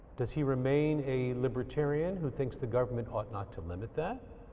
does he remain a libertarian who thinks the government ought not to limit that,